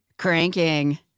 Cranking